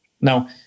Now